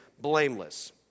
blameless